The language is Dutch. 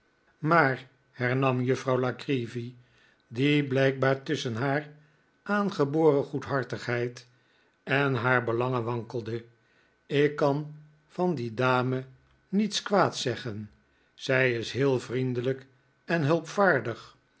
maar hernam juffrouw la creevy die ralph maakt kennis met zijn verwanten blijkbaar tusschen haar aangeboren goedhartigheid en haar belangen wankelde ik kan van die dame niets kwaads zeggen zij is heel vriendelijk en hulpvaardig